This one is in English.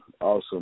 Awesome